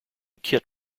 kit